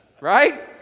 Right